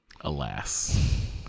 Alas